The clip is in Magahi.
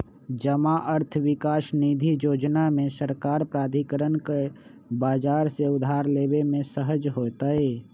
जमा अर्थ विकास निधि जोजना में सरकारी प्राधिकरण के बजार से उधार लेबे में सहज होतइ